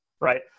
right